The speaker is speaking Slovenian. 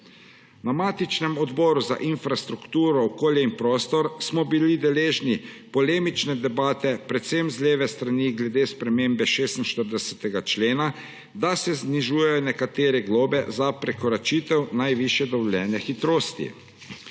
Na matičnem odboru za infrastrukturo, okolje in prostor smo bili deležni polemične debate predvsem z leve strani glede spremembe 46. člena, da se znižujejo nekatere globe za prekoračitev najvišje dovoljene hitrosti.